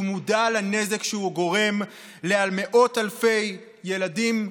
שהוא מודע לנזק שהוא גורם למאות אלפי ילדים,